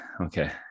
Okay